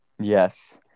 Yes